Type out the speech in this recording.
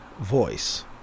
voice